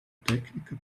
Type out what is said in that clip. tecnica